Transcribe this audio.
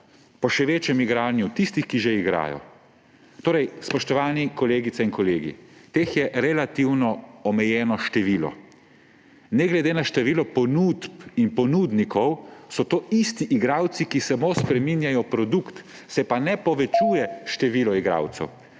po še večjem igranju tistih, ki že igrajo. Spoštovani kolegice in kolegi, teh je relativno omejeno število. Ne glede na število ponudb in ponudnikov so to isti igralci, ki samo spreminjajo produkt; se pa ne povečuje število igralcev.